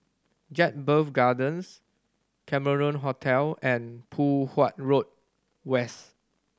Jedburgh Gardens Cameron Hotel and Poh Huat Road West